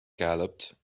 galloped